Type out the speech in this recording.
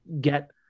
get